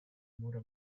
mura